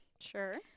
sure